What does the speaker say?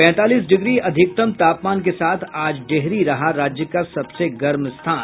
पैंतालीस डिग्री अधिकतम तापमान के साथ आज डेहरी रहा राज्य का सबसे गर्म स्थान